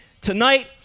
tonight